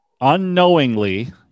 Unknowingly